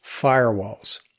firewalls